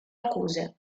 accuse